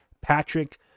Patrick